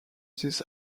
this